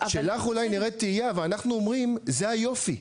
שלך אולי נראית תהייה ואנחנו אומרים זה היופי,